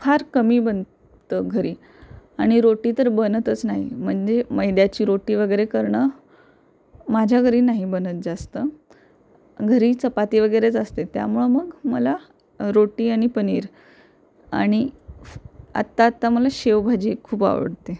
फार कमी बनतं घरी आणि रोटी तर बनतच नाही म्हणजे मैद्याची रोटी वगैरे करणं माझ्या घरी नाही बनत जास्त घरी चपाती वगैरेच असते त्यामुळं मग मला रोटी आणि पनीर आणि आत्ता आत्ता मला शेवभाजी एक खूप आवडते